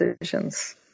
decisions